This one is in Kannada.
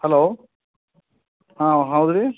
ಹಲೋ ಹಾಂ ಹೌದು ರೀ